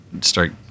start